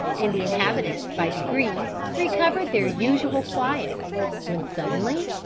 and the inhabitants, by degrees, recovered their usual quiet when, suddenly,